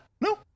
No